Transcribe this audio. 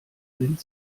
sind